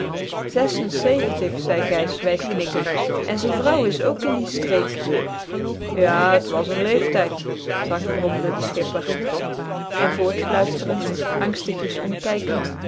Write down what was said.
zei gijs wijs knikkend en z'n vrouw is k in die streek ja t was n leeftijd zacht bromde de schipper en voort fluisterend angstigjes omkijkend